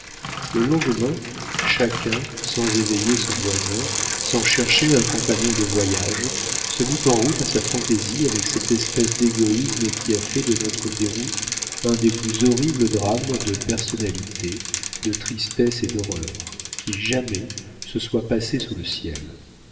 le lendemain chacun sans éveiller son voisin sans chercher un compagnon de voyage se mit en route à sa fantaisie avec cette espèce d'égoïsme qui a fait de notre déroute un des plus horribles drames de personnalité de tristesse et d'horreur qui jamais se soient passés sous le ciel